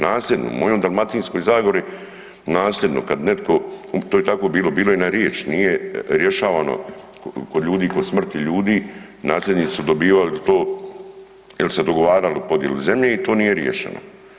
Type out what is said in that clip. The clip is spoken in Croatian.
Nasljedno, mojoj Dalmatinskoj zagori, nasljedno, kad netko, to je tako bilo, bilo je na riječ, nije rješavano kod ljudi, kod smrti ljudi, nasljednici su dobivali to jer se dogovaralo podjelu zemlje i to nije riješeno.